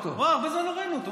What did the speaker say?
הרבה זמן לא ראינו אותו.